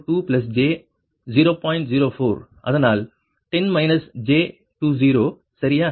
04 அதனால் 10 j 20 சரியா